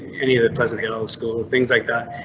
any of the pleasantdale school. and things like that